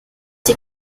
die